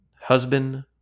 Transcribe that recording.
husband